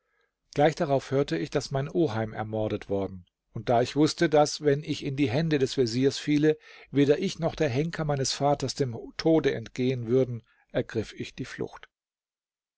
gleich darauf hörte ich daß mein oheim ermordet worden und da ich wußte daß wenn ich in die hände des veziers fiele weder ich noch der henker meines vaters dem tode entgehen würden ergriff ich die flucht